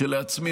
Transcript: כשלעצמי,